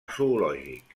zoològic